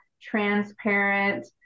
transparent